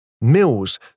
Mills